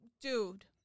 dude